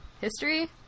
history